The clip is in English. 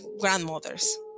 grandmothers